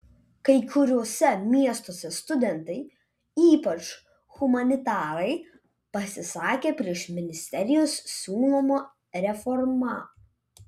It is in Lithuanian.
kai kuriuose miestuose studentai ypač humanitarai pasisakė prieš ministerijos siūlomą reformą